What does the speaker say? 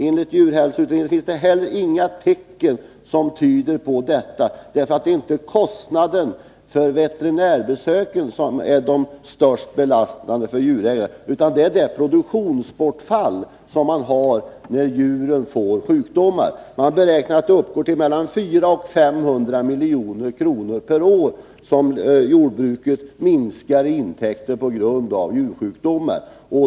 Enligt djurhälsoutredningen finns det inga tecken som tyder på det. Det är nämligen inte kostnaden för veterinärbesöket som belastar djurägaren mest, utan det produktionsbortfall som uppstår när djuren drabbas av sjukdomar. Man beräknar att jordbrukets intäkter minskar med mellan 400 och 500 milj.kr. per år på grund av djursjukdomar.